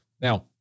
Now